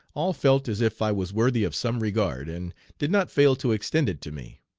all felt as if i was worthy of some regard, and did not fail to extend it to me.